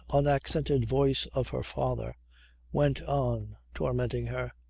unaccented voice of her father went on tormenting her.